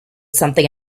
something